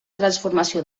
transformació